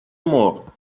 more